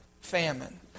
famine